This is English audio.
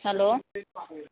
hello